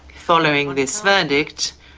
following this verdict,